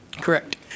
Correct